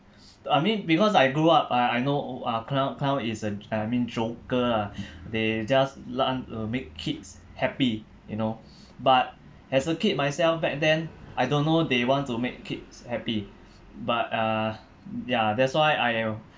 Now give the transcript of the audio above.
I mean because I grew up I I know uh clown clown is a I mean joker lah they just learn to make kids happy you know but as a kid myself back then I don't know they want to make kids happy but uh ya that's why I uh